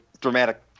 dramatic